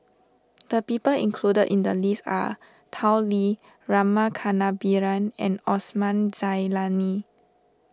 the people included in the list are Tao Li Rama Kannabiran and Osman Zailani